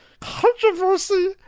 Controversy